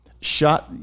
shot